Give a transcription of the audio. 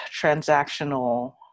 transactional